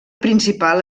principal